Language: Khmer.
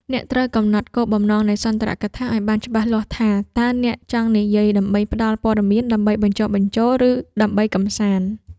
អ្នកត្រូវកំណត់គោលបំណងនៃសន្ទរកថាឱ្យបានច្បាស់លាស់ថា តើអ្នកចង់និយាយដើម្បីផ្ដល់ព័ត៌មាន ដើម្បីបញ្ចុះបញ្ចូល ឬដើម្បីកម្សាន្ត។